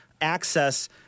access